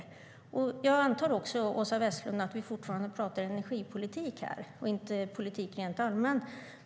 Jag antar, Åsa Westlund, att vi fortfarande pratar om energipolitik här och inte politik rent allmänt.